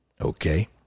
okay